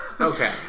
Okay